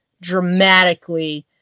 dramatically